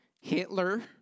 Hitler